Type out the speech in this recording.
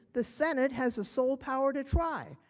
the senate has the sole power to try.